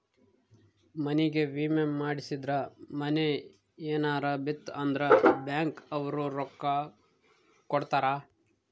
ಮನಿಗೇ ವಿಮೆ ಮಾಡ್ಸಿದ್ರ ಮನೇ ಯೆನರ ಬಿತ್ ಅಂದ್ರ ಬ್ಯಾಂಕ್ ಅವ್ರು ರೊಕ್ಕ ಕೋಡತರಾ